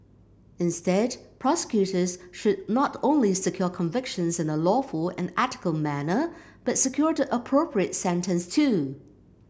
instead prosecutors should not only secure convictions in a lawful and ethical manner but secure the appropriate sentence too